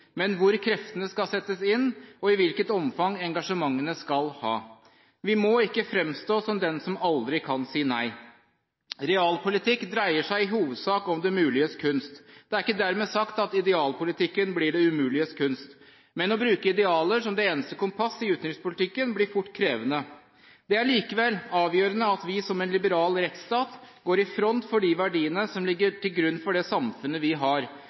men hvor kreftene skal settes inn og hvilket omfang engasjementene skal ha. Vi må ikke framstå som dem som aldri kan si nei. Realpolitikk dreier seg i hovedsak om det muliges kunst. Det er ikke dermed sagt at idealpolitikken blir det umuliges kunst. Men å bruke idealer som det eneste kompass i utenrikspolitikken blir fort krevende. Det er likevel avgjørende at vi, som en liberal rettsstat, går i front for de verdiene som ligger til grunn for det samfunnet vi har,